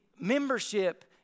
membership